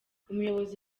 umuyobozi